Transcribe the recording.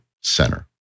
center